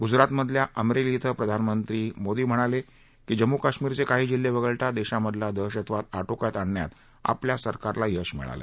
गुजरातमधल्या अमरेली श्रें प्रधानमंत्री मोदी म्हणाले की जम्मू कश्मीरचे काही जिल्हे वगळता देशामधला दहशतवाद आटोक्यात आणण्यात आपल्या सरकारला यश मिळालं